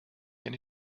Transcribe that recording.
eine